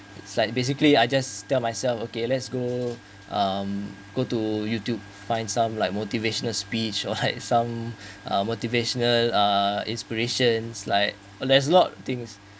it's like basically I just tell myself okay let's go um go to youtube find some like motivational speech or find some uh motivational uh inspirations like there's a lot of things